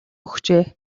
өгчээ